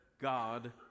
God